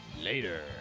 later